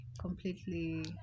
completely